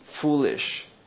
foolish